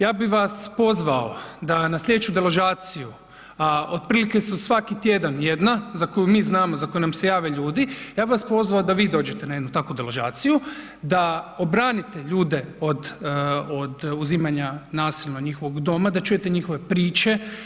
Ja bih vas pozvao da na sljedeću deložaciju a otprilike su svaki tjedan jedna za koju mi znamo, za koju nam se jave ljudi, ja bih vas pozvao da vi dođete na jednu takvu deložaciju da obranite ljude od uzimanja nasilno njihovog doma, da čujete njihove priče.